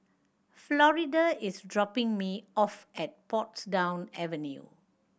Florida is dropping me off at Portsdown Avenue